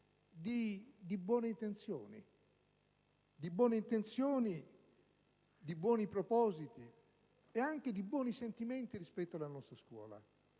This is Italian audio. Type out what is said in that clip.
di buone intenzioni, di buoni propositi ed anche di buoni sentimenti rispetto alla nostra scuola.